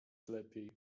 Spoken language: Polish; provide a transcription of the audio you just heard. lepiej